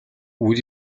would